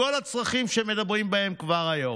כל הצרכים שמדברים בהם כבר היום.